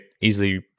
easily